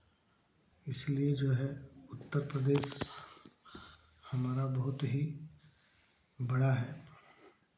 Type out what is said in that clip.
इसलिए जो है उत्तर प्रदेश हमारा बहुत ही बड़ा है